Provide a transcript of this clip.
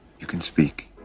you can speak